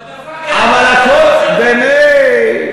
אבל דפקתם, דפקתם, אבל הכול, באמת,